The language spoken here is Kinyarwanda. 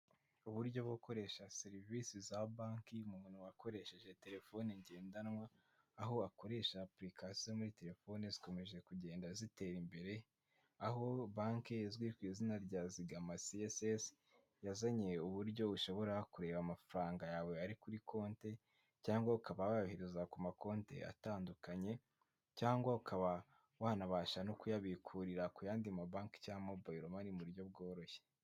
Uburyo bwo gukoresha serivisi za banki umuntu wakoresheje telefone ngendanwa aho akoresha aplication muri telefoni zikomeje kugenda zitera imbere aho banki izwi ku izina rya zigamacss yazanye uburyo bushobora kureba amafaranga yawe ari kuri konti cyangwa ukaba wayohereza ku ma konti atandukanye cyangwa ukaba wanabasha no kuyabikuririra ku yandi mabanki cyangwa mobile money mu buryo bworoshye.